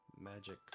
magic